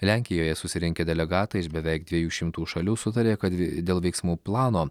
lenkijoje susirinkę delegatai iš beveik dviejų šimtų šalių sutarė kad dėl veiksmų plano